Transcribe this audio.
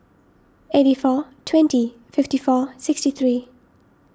eighty four twenty fifty four sixty three